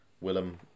Willem